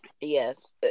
yes